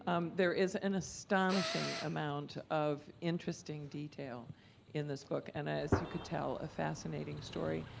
um there is an astonishing amount of interesting detail in this book, and as you could tell, a fascinating story,